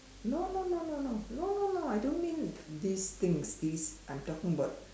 no no no no no no no I don't mean these things these I'm talking about